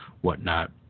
whatnot